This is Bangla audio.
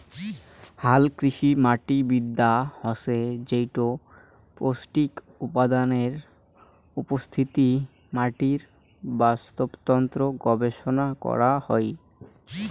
হালকৃষিমাটিবিদ্যা হসে যেইটো পৌষ্টিক উপাদানের উপস্থিতি, মাটির বাস্তুতন্ত্র গবেষণা করাং হই